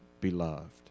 beloved